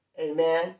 Amen